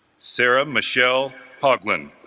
sarah michelle parkland